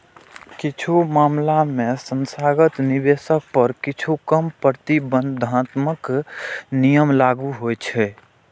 किछु मामला मे संस्थागत निवेशक पर किछु कम प्रतिबंधात्मक नियम लागू होइ छै